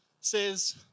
says